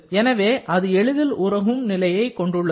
எனவே அது எளிதில் உருகும் நிலையை கொண்டுள்ளது